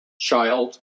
child